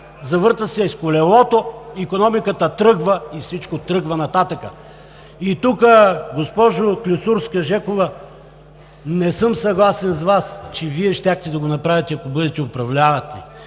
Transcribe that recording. завърта се колелото, икономиката тръгва и всичко тръгва нататък. И тук, госпожо Клисурска-Жекова, не съм съгласен с Вас, че Вие щяхте да го направите, ако бъдете управляващи,